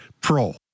pro